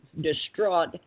distraught